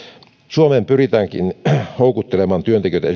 suomeen pyritäänkin houkuttelemaan työntekijöitä